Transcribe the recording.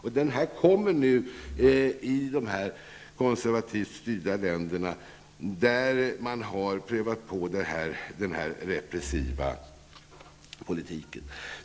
Så kommer det att bli i de konservativt styrda länderna, där man prövat på den repressiva politiken.